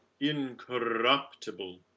Incorruptible